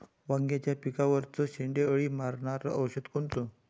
वांग्याच्या पिकावरचं शेंडे अळी मारनारं औषध कोनचं?